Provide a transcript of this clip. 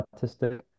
autistic